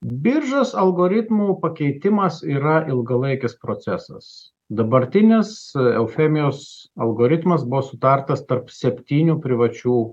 biržos algoritmų pakeitimas yra ilgalaikis procesas dabartinės eufemijos algoritmas buvo sutartas tarp septynių privačių